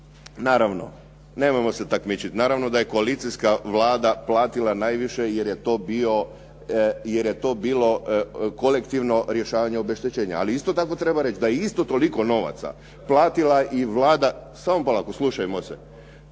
Naravno nemojmo se takmičiti naravno da je koalicijska Vlada platila najviše jer je to bio, jer je to bilo kolektivno rješavanje obeštećenja. Ali isto tako treba reći da je isto toliko novaca platila i Vlada, samo polako, slušajmo se,